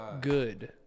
good